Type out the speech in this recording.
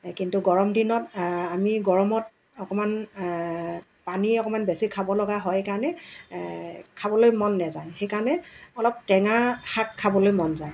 কিন্তু গৰমদিনত আমি গৰমত অকণমান পানী অকণমান বেছি খাবলগা হয় সেইকাৰণে খাবলৈ মন নেযায় সেইকাৰণে অলপ টেঙা শাক খাবলৈ মন যায়